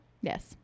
Yes